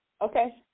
Okay